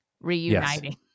Reuniting